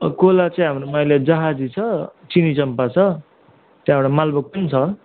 Cola चाहिँ हाम्रोमा अहिले जहाजी छ चिनीचम्पा छ त्यहाँबाट मालभोग पनि छ